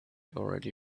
already